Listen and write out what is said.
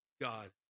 God